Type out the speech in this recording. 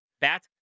bat